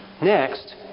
Next